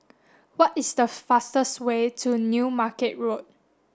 what is the fastest way to New Market Road